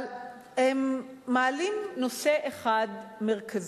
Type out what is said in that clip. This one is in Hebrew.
אבל הם מעלים נושא אחד מרכזי.